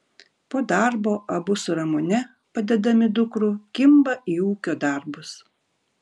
po darbo abu su ramune padedami dukrų kimba į ūkio darbus